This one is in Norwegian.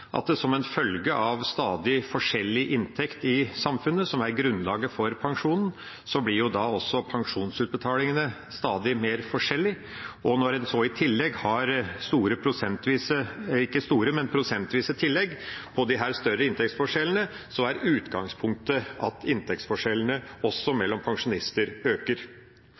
at det som en følge av stadig forskjellig inntekt i samfunnet, som er grunnlaget for pensjonen, blir også pensjonsutbetalingene stadig mer forskjellige, og når en så i tillegg har prosentvise tillegg og disse større inntektsforskjellene, er utgangspunktet at inntektsforskjellene også mellom pensjonister øker.